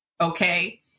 okay